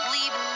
Leave